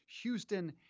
Houston